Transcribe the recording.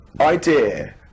idea